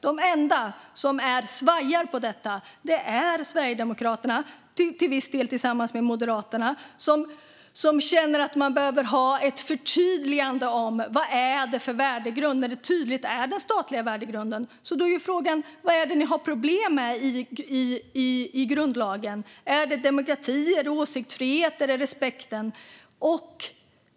De enda som svajar när det gäller detta är Sverigedemokraterna, till viss del tillsammans med Moderaterna, som känner att man behöver ha ett förtydligande om vad det är för värdegrund när det tydligt är den statliga värdegrunden. Då är frågan: Vad är det ni har problem med i grundlagen? Är det demokrati, är det åsiktsfrihet, är det respekten?